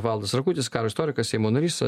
valdas rakutis karo istorikas seimo narys